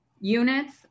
units